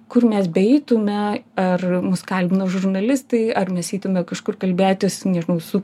kur mes beeitume ar mus kalbino žurnalistai ar mes eitume kažkur kalbėtis ir mūsų